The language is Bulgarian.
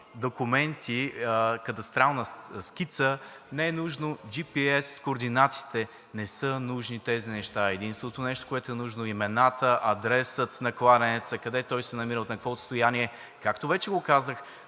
документи, кадастрална скица, не е нужно джипиес координатите. Не са нужни тези неща! Единственото нещо, което е нужно, са имената, адресът на кладенеца, къде той се намира, на какво отстояние. Както вече го казах,